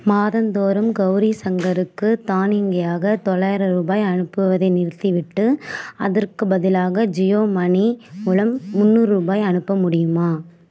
மாதந்தோறும் கௌரி சங்கருக்கு தானியங்கியாக தொளாயிரம் ரூபாய் அனுப்புவதை நிறுத்திவிட்டு அதற்குப் பதிலாக ஜியோ மனி மூலம் முந்நூறு ரூபாய் அனுப்ப முடியுமா